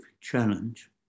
challenge